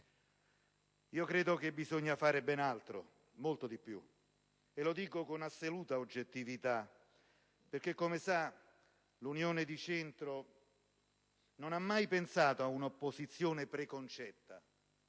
Io credo che bisogna fare ben altro, molto di più; e lo dico con assoluta oggettività perché, come sa, l'Unione di centro non ha mai pensato ad un'opposizione preconcetta,